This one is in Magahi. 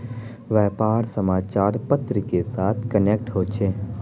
व्यापार समाचार पत्र के साथ कनेक्ट होचे?